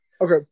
Okay